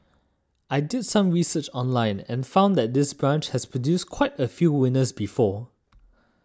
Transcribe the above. I did some research online and found that this branch has produced quite a few winners before